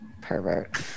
Pervert